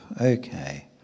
Okay